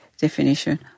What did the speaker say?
definition